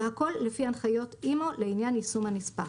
והכול לפי הנחיות אימ"ו לעניין יישום הנספח.